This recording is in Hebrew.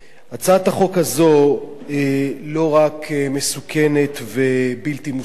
הצעת החוק הזו היא לא רק מסוכנת ובלתי מוסרית,